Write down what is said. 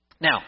Now